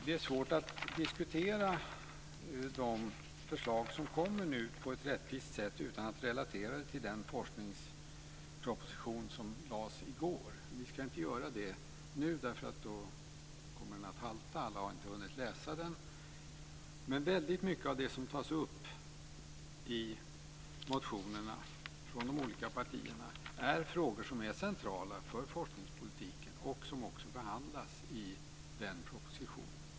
Det är svårt att diskutera de förslag som nu kommer på ett rättvist sätt utan att relatera dem till den forskningsproposition som lades fram i går. Vi ska inte göra det nu, för då kommer den att halta. Alla har inte hunnit läsa den. Men mycket av det som tas upp i motionerna från de olika partierna är frågor som är centrala för forskningspolitiken och som också behandlas i den propositionen.